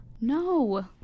No